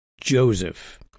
Joseph